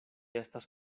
estas